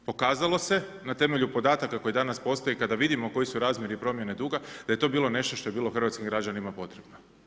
Pokazalo se na temelju podataka koje danas postoje, kada vidimo koji su razmjeri promjene duga, da je to bilo nešto što je bilo hrvatskim građanima potrebno.